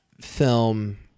film